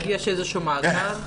יש איזשהו מאגר?